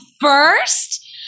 first